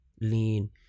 lean